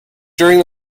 during